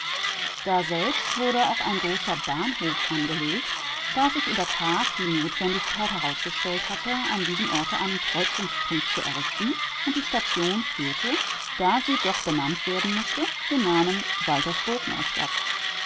wurde auch ein großer bahnhof angelegt da sich in der tat die notwendigkeit herausgestellt hatte an diesem orte einen kreuzungspunkt zu errichten und die station führte da sie doch benannt werden mußte den namen